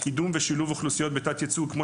קידום ושילוב אוכלוסיות בתת-ייצוג שכמו